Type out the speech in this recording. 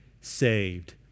saved